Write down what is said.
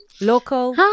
Local